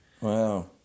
Wow